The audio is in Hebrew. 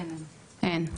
אין.